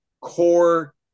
core